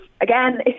again